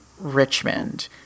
richmond